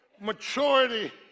maturity